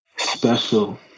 Special